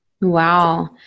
Wow